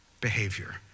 behavior